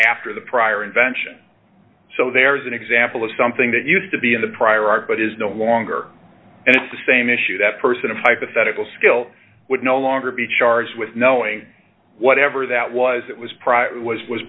after the prior invention so there's an example of something that used to be in the prior art but is no longer and it's the same issue that person of hypothetical skill would no longer be charged with knowing whatever that was that was